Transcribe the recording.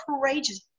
courageous